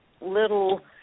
little